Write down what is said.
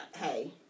hey